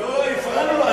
לא, אנחנו הפרענו לו.